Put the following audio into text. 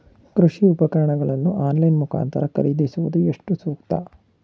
ಕೃಷಿ ಉಪಕರಣಗಳನ್ನು ಆನ್ಲೈನ್ ಮುಖಾಂತರ ಖರೀದಿಸುವುದು ಎಷ್ಟು ಸೂಕ್ತ?